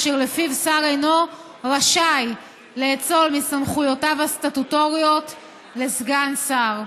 אשר לפיו שר אינו רשאי לאצול מסמכויותיו הסטטוטוריות לסגן שר.